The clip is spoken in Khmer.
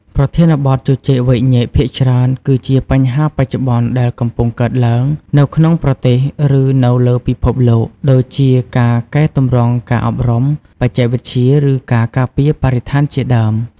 ប្រធានបទជជែកវែកញែកភាគច្រើន គឺជាបញ្ហាបច្ចុប្បន្នដែលកំពុងកើតឡើងនៅក្នុងប្រទេស ឬនៅលើពិភពលោក ដូចជាការកែទម្រង់ការអប់រំ បច្ចេកវិទ្យា ឬការពារបរិស្ថានជាដើម។